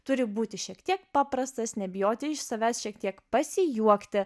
turi būti šiek tiek paprastas nebijoti iš savęs šiek tiek pasijuokti